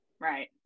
Right